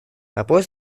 вопрос